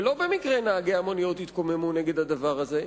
ולא במקרה נהגי המוניות התקוממו נגד הדבר הזה,